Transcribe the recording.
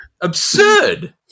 absurd